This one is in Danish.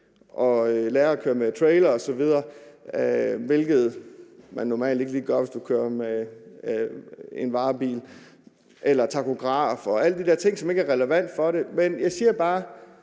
og lære at køre med trailer osv., hvilket man normalt ikke lige gør, hvis man kører i en varebil, eller med takograf og de der ting, som ikke er relevante for det. Men jeg siger bare,